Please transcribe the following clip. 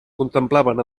contemplaven